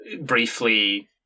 briefly